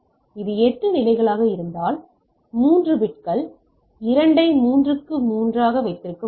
அது எட்டு நிலைகளாக இருந்தால் 3 பிட்கள் 2 ஐ 3 க்கு 3 ஆக வைத்திருக்க முடியும்